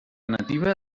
nativa